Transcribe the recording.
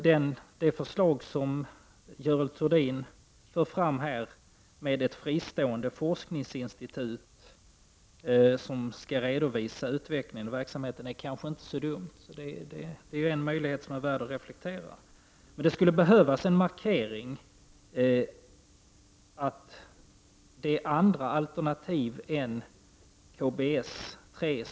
Det förslag som Görel Thurdin har framfört om ett fristående forskningsinstitut som skall redovisa utvecklingen av verksamheten är kanske inte så dumt. Det är i alla fall en möjlighet värd att reflektera över. Men det skulle även behövas en markering av att det finns andra alternativ än KBS-3.